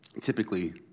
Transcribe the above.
typically